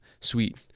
sweet